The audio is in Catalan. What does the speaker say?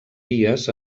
vies